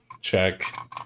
check